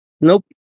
Nope